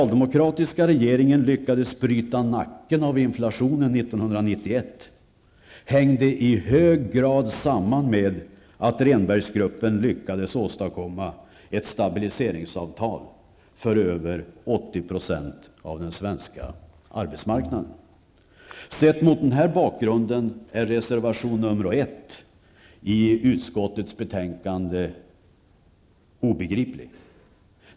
lyckades bryta nacken av inflationen hängde i hög grad samman med att Rehnbergsgruppen lyckades åstadkomma ett stabiliseringsavtal för över 80 % av den svenska arbetsmarknaden. Sedd mot den bakgrunden är reservation nr 1 i utskottets betänkande obegriplig.